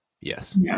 Yes